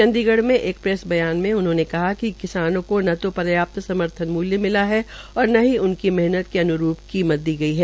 चंडीगढ़ में एक प्रैस बयान में उन्होंने कहा कि किसानों को न तो पर्याप्त समर्थन मूलय मिला है और न ही उनकी मेहनत के अन्रूप कीमत दी गई है